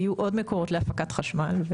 מקורות להפקת חשמל.